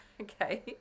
okay